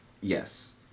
Yes